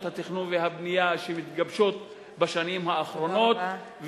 התכנון והבנייה שמתגבשת בשנים האחרונות,